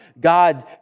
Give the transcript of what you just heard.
God